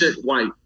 white